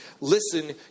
listen